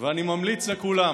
ואני ממליץ לכולם,